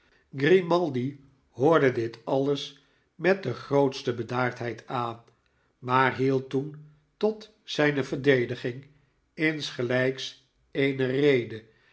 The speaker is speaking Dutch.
grimaldi hoorde dit alles met de grootste bedaardheid aan maar hield toen tot zijne verdediging insgelijks eene rede